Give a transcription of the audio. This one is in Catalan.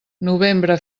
novembre